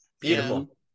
Beautiful